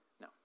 No